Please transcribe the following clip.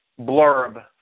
blurb